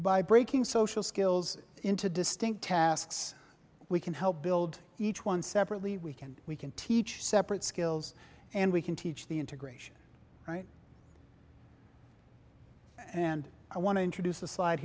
by breaking social skills into distinct tasks we can help build each one separately we can we can teach separate skills and we can teach the integration right and i want to introduce a slide